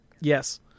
Yes